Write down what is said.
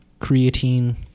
creatine